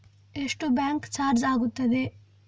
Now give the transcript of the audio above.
ಎಷ್ಟು bank charge ಆಗುತ್ತದೆ?